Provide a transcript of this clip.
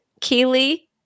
Keely